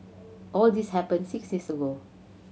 all this happened six years ago